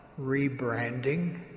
rebranding